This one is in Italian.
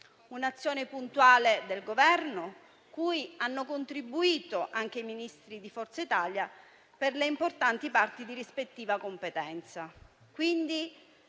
un'azione puntuale del Governo, cui hanno contribuito anche i Ministri di Forza Italia per le importanti parti di rispettiva competenza.